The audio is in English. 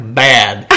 bad